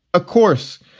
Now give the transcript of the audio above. ah course,